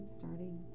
starting